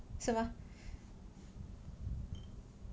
是 mah